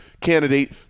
candidate